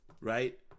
Right